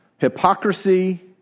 hypocrisy